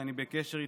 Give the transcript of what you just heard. שאני בקשר איתה,